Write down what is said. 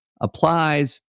Applies